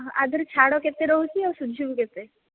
ଏଥିମଧ୍ୟରୁ ଛାଡ଼ କେତେ ରହୁଛି ଆଉ ସୁଝିବୁ କେତେ